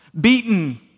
beaten